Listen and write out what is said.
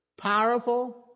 powerful